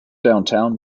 downtown